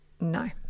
no